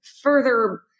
further